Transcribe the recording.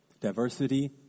diversity